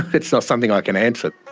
it's not something i can answer.